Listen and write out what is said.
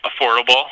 affordable